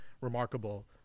remarkable